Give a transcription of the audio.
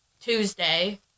Tuesday